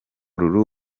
lulu